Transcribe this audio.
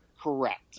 Correct